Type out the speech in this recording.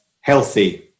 healthy